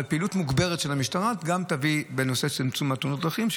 אבל פעילות מוגברת של המשטרה תביא גם לצמצום תאונות הדרכים.